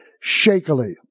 shakily